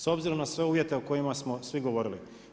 S obzirom na sve uvjete o kojima smo svi govorili.